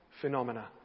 phenomena